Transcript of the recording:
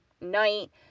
night